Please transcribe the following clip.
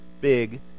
big